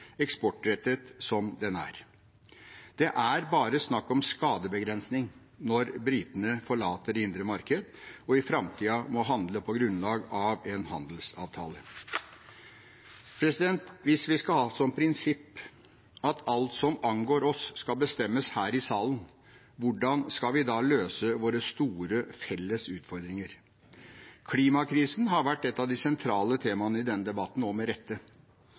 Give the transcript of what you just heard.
eksportrettet som det er. Det er bare snakk om skadebegrensning når britene forlater det indre marked og i framtiden må handle på grunnlag av en handelsavtale. Hvis vi skal ha som prinsipp at alt som angår oss, skal bestemmes her i salen, hvordan skal vi da løse våre store, felles utfordringer? Klimakrisen har vært et av de sentrale temaene i denne debatten – med rette.